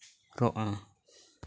ᱠᱚ ᱨᱚᱜᱼᱟ